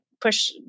push